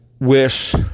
wish